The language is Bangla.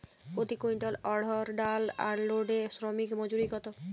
প্রতি কুইন্টল অড়হর ডাল আনলোডে শ্রমিক মজুরি কত?